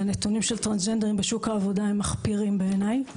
והנתונים של טרנסג'נדרים בשוק העבודה הם מחפירים בעיניי.